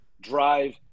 drive